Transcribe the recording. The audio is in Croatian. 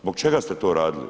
Zbog čega ste to radili?